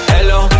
Hello